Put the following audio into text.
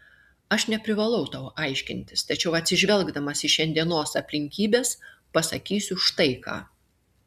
aš neprivalau tau aiškintis tačiau atsižvelgdamas į šiandienos aplinkybes pasakysiu štai ką